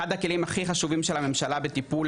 אחד הכלים הכי חשובים של הממשלה בטיפול